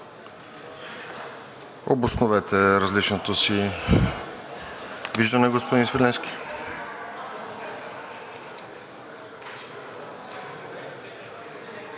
Обосновете различното си виждане, господин Свиленски.